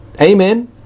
Amen